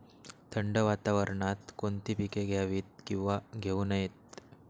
थंड वातावरणात कोणती पिके घ्यावीत? किंवा घेऊ नयेत?